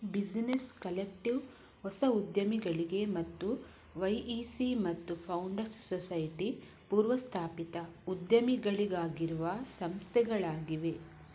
business collective ಹೊಸ ಉದ್ಯಮಿಗಳಿಗೆ ಮತ್ತು ವೈ ಇ ಸಿ ಮತ್ತು ಫೌಂಡರ್ಸ್ ಸೊಸೈಟಿ ಪೂರ್ವಸ್ಥಾಪಿತ ಉದ್ಯಮಿಗಳಿಗಾಗಿರುವ ಸಂಸ್ಥೆಗಳಾಗಿವೆ